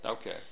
Okay